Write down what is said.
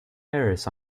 paris